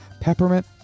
peppermint